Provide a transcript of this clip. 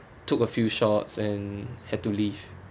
took a few shots and had to leave